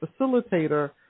facilitator